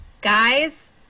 Guys